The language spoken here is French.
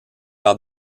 par